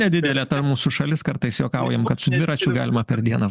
nedidelė ta mūsų šalis kartais juokaujam kad su dviračiu galima per dieną